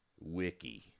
Wiki